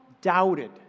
doubted